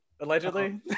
Allegedly